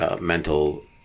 mental